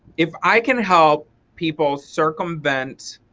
if i can help people circumvent